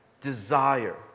Desire